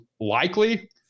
likely